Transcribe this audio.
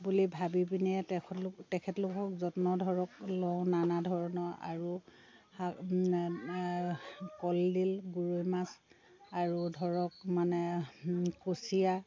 বুলি ভাবিপেনে তেখেতলোক তেখেতলোকক যত্ন ধৰক লওঁ নানা ধৰণৰ আৰু কলদিল গৰৈ মাছ আৰু ধৰক মানে কুছিয়া